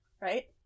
Right